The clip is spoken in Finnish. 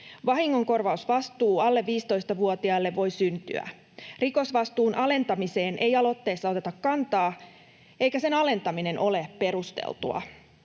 Vahingonkorvausvastuu alle 15‑vuotiaille voi syntyä. Rikosvastuun alentamiseen ei aloitteessa oteta kantaa, eikä sen alentaminen ole perusteltua.